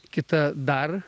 kita dar